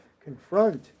confront